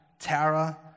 Tara